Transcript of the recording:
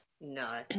No